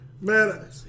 man